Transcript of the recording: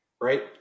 right